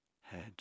head